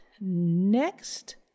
next